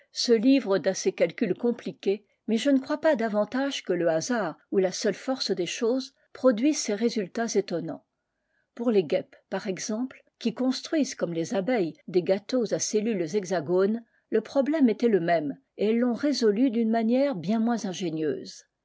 se livrent à ces calculs compliqués mais je ne crois pas davantage que le hasard ou la seule force des choses produise ces résultats étonnants pour les guêpes par exemple qui construisent comme les abeilles des gâteaux à cellules hexagones le problème était le même et elles tont résolu d'une manière bien moins ingénieuse